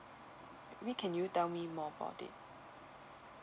maybe can you tell me more about it